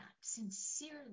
sincerely